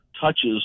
touches